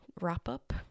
wrap-up